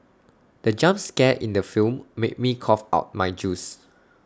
the jump scare in the film made me cough out my juice